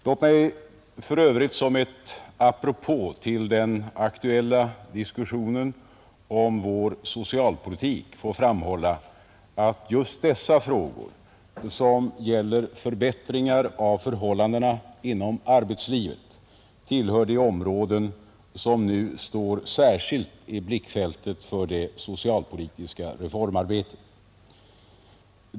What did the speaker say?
Låt mig för övrigt som ett apropå till den aktuella diskussionen om vår socialpolitik få framhålla att just dessa frågor, som gäller förbättringar av förhållandena inom arbetslivet, tillhör de områden som nu står särskilt i blickfältet för det socialpolitiska reformarbetet.